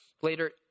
later